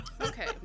okay